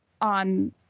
on